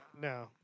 No